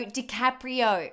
DiCaprio